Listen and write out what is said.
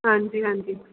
ਹਾਂਜੀ ਹਾਂਜੀ